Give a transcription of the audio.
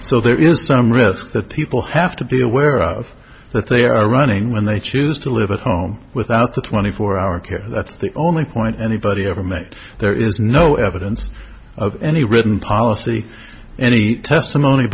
so there is some risk that people have to be aware of that they are running when they choose to live at home without the twenty four hour care that's the only point anybody ever made there is no evidence of any written policy any testimony